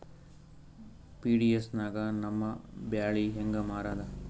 PDS ನಾಗ ನಮ್ಮ ಬ್ಯಾಳಿ ಹೆಂಗ ಮಾರದ?